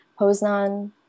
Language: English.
Poznan